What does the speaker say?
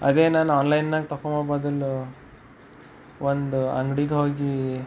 ಅದೇ ನಾನು ಆನ್ಲೈನ್ನಾಗ ತಗೊಳ್ಳೋ ಬದಲು ಒಂದು ಅಂಗಡಿಗೆ ಹೋಗಿ